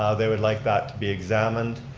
ah they would like that to be examined,